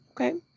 Okay